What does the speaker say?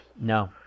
No